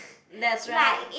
that's right